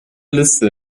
liste